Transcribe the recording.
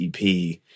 ep